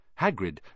Hagrid